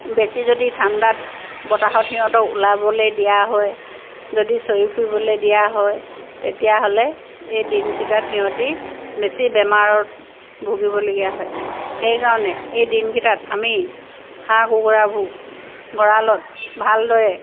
বেছি যদি ঠাণ্ডাত বতাহত সিহঁতক ওলাবলৈ দিয়া হয় যদি চৰি ফুৰিবলৈ দিয়া হয় তেতিয়াহ'লে এই দিনকেইটাত সিহঁতে বেছি বেমাৰত ভুগিবলগীয়া হয় সেইকাৰণে এই দিনকেইটাত আমি হাঁহ কুকুৰাবোৰ গঁৰালত ভালদৰে